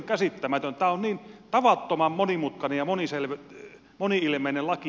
tämä on niin tavattoman monimutkainen ja moni ilmeinen laki